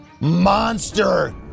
MONSTER